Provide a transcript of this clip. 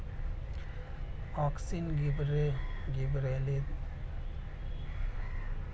auxin, gibberellins, cytokinin, ethylene, abscisic acid का उपयोग फलों के उत्पादन में होता है